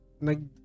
nag